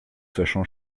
sachant